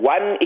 One